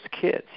kids